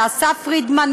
לאסף פרידמן,